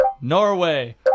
Norway